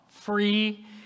free